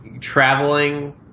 traveling